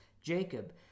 Jacob